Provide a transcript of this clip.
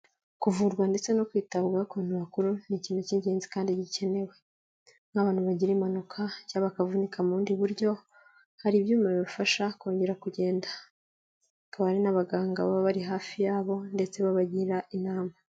Kuvurwa ndetse no kwitabwaho ku bantu bakuru ni ikintu cy'ingenzi kandi gikenewe. Nk'abantu bagira impanuka cyangwa bakavunika mu bundi buryo, hari ibyuma birufasha kongera kugenda, akabare n'abaganga baba bari hafi yabo ndetse babagira inama.